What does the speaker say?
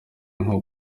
nko